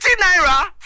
Naira